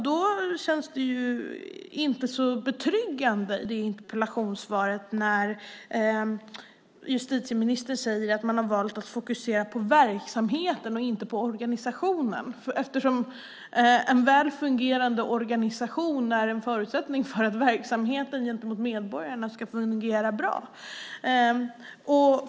Då känns det inte så betryggande när justitieministern i interpellationssvaret säger att man har valt att fokusera på verksamheten och inte på organisationen eftersom en väl fungerande organisation är en förutsättning för att verksamheten gentemot medborgarna ska fungera bra.